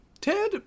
Ted